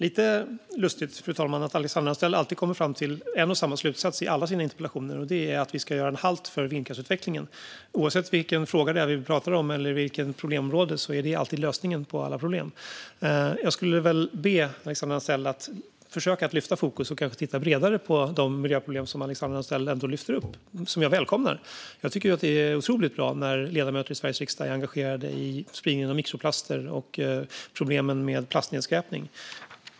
Fru talman! Det är lite lustigt att Alexandra Anstrell alltid kommer fram till en och samma slutsats i alla sina interpellationer, nämligen att vi ska göra halt för vindkraftsutvecklingen. Oavsett vilken fråga eller vilket problemområde det är vi pratar om är det alltid lösningen på alla problem. Jag skulle vilja be Alexandra Anstrell att försöka lyfta fokus och titta bredare på de miljöproblem som Alexandra Anstrell själv lyfter fram, vilket jag välkomnar. Jag tycker att det är otroligt bra när ledamöter i Sveriges riksdag är engagerade mot spridningen av mikroplaster och problemen med plastnedskräpning.